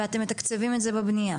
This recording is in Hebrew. ואתם מתקצבים את זה בבניה,